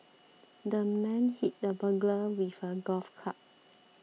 the man hit the burglar with a golf club